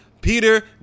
Peter